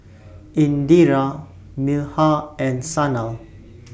Indira Milkha and Sanal